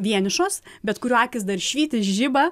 vienišos bet kurių akys dar švyti ir žiba